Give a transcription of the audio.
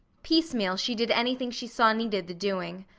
piecemeal she did anything she saw needed the doing.